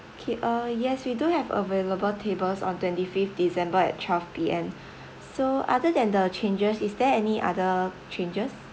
okay uh yes we do have available tables on twenty fifth december at twelve P_M so other than the changes is there any other changes